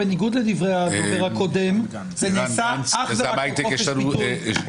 בניגוד לדברי הדובר הקודם זה נעשה אך ורק על חופש ביטוי.